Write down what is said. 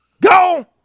Go